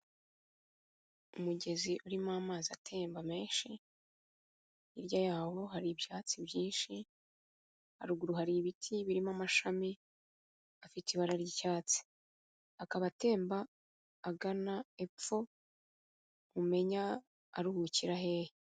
Umugezi urimo amazi atemba menshi, hirya yawo hari ibyatsi byinshi, haruguru hari ibiti birimo amashami afite ibara ry'icyatsi, akaba atemba agana epfo umenya aruhukira hehe.